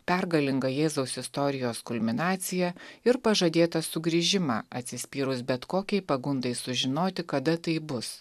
pergalingą jėzaus istorijos kulminaciją ir pažadėtą sugrįžimą atsispyrus bet kokiai pagundai sužinoti kada tai bus